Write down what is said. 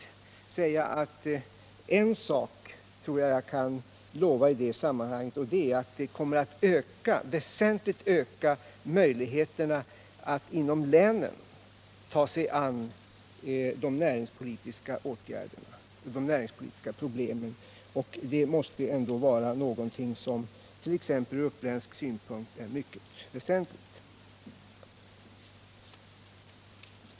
Då vill jag säga att jag tror mig kunna lova en sak i det sammanhanget, och det är att småföretagarpaketet kommer att väsentligt öka möjligheterna att inom länen ta sig an de näringspolitiska problemen. Detta måste vara något som ur t.ex. uppländsk synvinkel är mycket väsentligt.